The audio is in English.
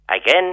Again